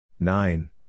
Nine